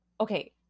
Okay